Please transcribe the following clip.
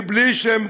מבלי שהם